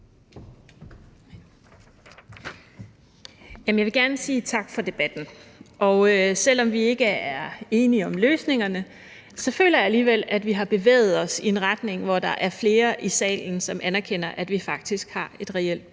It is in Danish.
Jeg vil gerne sige tak for debatten. Selv om vi ikke er enige om løsningerne, føler jeg alligevel, at vi har bevæget os i en retning, hvor der er flere i salen, som anerkender, at vi faktisk har et reelt problem.